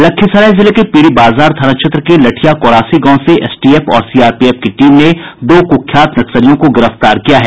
लखीसराय जिले के पीरी बाजार थाना क्षेत्र के लठिया कोरासी गांव से एसटीएफ और सीआरपीएफ की टीम ने दो कुख्यात नक्सलियों को गिरफ्तार किया है